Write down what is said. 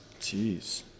Jeez